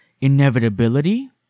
inevitability